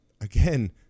again